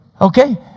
Okay